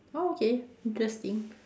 oh okay interesting